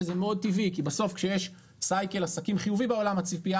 שזה מאוד טבעי כי בסוף כשיש מעגל עסקים חיובי בעולם הציפייה